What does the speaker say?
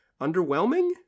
underwhelming